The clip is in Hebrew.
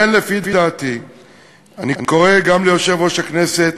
אני קורא ליושב-ראש הכנסת,